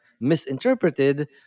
misinterpreted